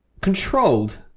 controlled